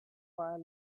while